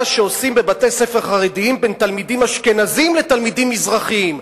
שעושים בבתי-ספר חרדיים בין תלמידים אשכנזים לתלמידים מזרחיים,